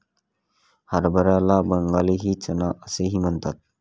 हरभऱ्याला बंगाली चना असेही म्हणतात